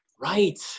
Right